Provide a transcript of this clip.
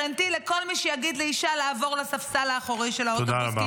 לכל מי שיגיד לאישה לעבור לספסל האחורי של האוטובוס,